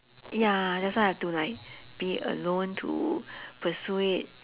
ya that's why I have to like be alone to persuade